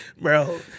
Bro